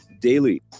daily